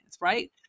Right